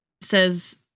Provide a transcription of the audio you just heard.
says